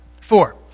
Four